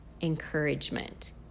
encouragement